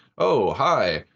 oh, hi,